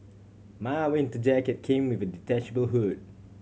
my winter jacket came with a detachable hood